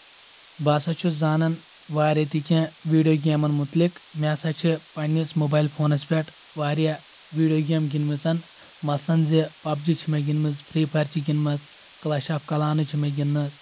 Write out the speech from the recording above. بہٕ ہسا چھُس زانن واریاہ تہِ کینٛہہ ویٖڈیو گیمَن مُتعلِق مےٚ ہسا چھِ پنٕنِس موبایل فونس پؠٹھ واریاہ ویٖڈیو گیم گِنٛدمٕژن مثلن زِ پبجی چھِ مےٚ گِنٛدمٕژ فری فایر چھِ گِنٛدمژ کلش آف کلانٕز چھِ مےٚ گِنٛدمژٕ